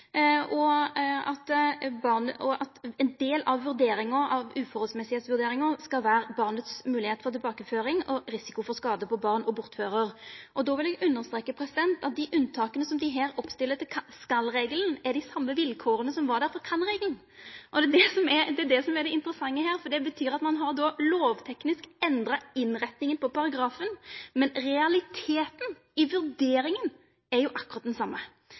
og at ein del av vurderinga av storleiken på belastninga skal vera barnet sin moglegheit til tilbakeføring og risiko for skade på barn og bortførar. Då vil eg understreka at dei unntaka som dei her stiller opp etter skal-regelen, er dei same vilkåra som var der for kan-regelen. Det er det som er interessante her, for det betyr at ein då lovteknisk har endra innrettinga på paragrafen, men realiteten i vurderinga er akkurat den same.